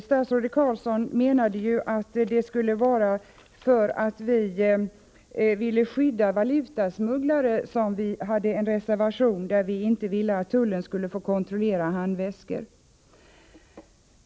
Statsrådet Carlsson menade att vi avgivit denna reservation därför att vi ville skydda valutasmugglare — det skulle vara sådana motiv till att vi uttalat att tullen inte skall få kontrollera handväskor.